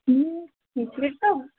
হুম খিচুড়ি তো